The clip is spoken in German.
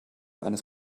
eines